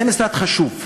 זה משרד חשוב,